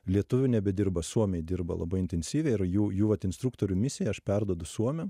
lietuvių nebedirba suomiai dirba labai intensyviai ir jų jų vat instruktorių misiją aš perduodu suomiam